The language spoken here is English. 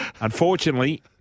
Unfortunately